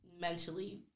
mentally